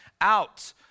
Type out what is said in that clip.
out